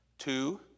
Two